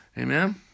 Amen